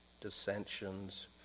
dissensions